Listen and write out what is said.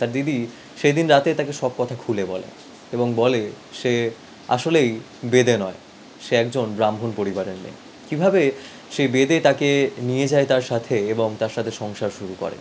তার দিদি সেদিন রাতে তাকে সব কথা খুলে বলে এবং বলে সে আসলেই বেদে নয় সে একজন ব্রাহ্মণ পরিবারের মেয়ে কীভাবে সে বেদে তাকে নিয়ে যায় তার সাথে এবং তার সাথে সংসার শুরু করে